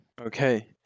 okay